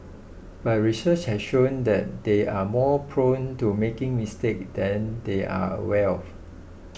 but research has shown that they are more prone to making mistakes than they are aware of